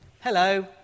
Hello